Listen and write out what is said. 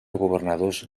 governadors